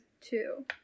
two